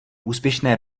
úspěšné